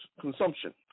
consumption